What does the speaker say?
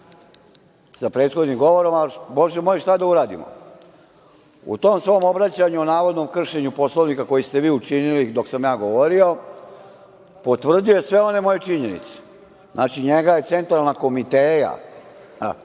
sa prethodnim govorom. Ali Bože moj, šta da uradimo?U tom svom obraćanju, a navodnom kršenju Poslovnika koji ste vi učinili dok sam ja govorio potvrđuje sve one moje činjenice. Znači njega je centralna komiteja,